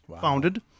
founded